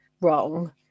wrong